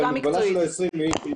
המגבלה של ה-20 אנשים,